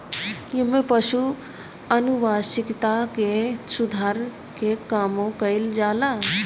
एमे पशु के आनुवांशिकता के सुधार के कामो कईल जाला